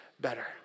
better